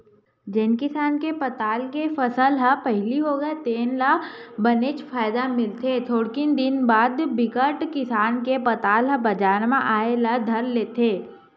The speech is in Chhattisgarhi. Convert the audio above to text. जेन किसान के पताल के फसल ह पहिली होगे तेन ल बनेच फायदा मिलथे थोकिन दिन बाद बिकट किसान के पताल ह बजार म आए ल धर लेथे